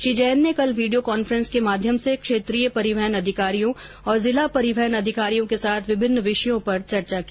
श्री जैन ने कल video conference के माध्यम से क्षेत्रीय परिवहन अधिकारियों और जिला परिवहन अधिकारियों के साथ विभिन्न विषयों पर चर्चा की